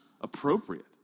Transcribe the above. appropriate